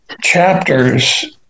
chapters